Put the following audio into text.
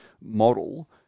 model